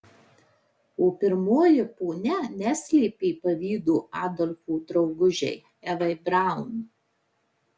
o pirmoji ponia neslėpė pavydo adolfo draugužei evai braun